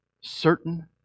certain